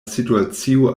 situacio